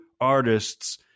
artists